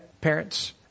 parents